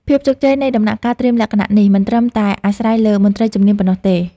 ភាពជោគជ័យនៃដំណាក់កាលត្រៀមលក្ខណៈនេះ មិនត្រឹមតែអាស្រ័យលើមន្ត្រីជំនាញប៉ុណ្ណោះទេ។